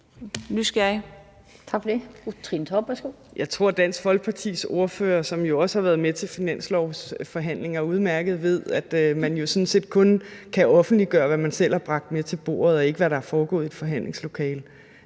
Jeg tror, at Dansk Folkepartis ordfører, som jo også har været med til finanslovsforhandlinger, udmærket ved, at man jo sådan set kun kan offentliggøre, hvad man selv har bragt med til bordet, og ikke, hvad der er foregået i et forhandlingslokale,